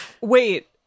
Wait